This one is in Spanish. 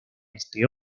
este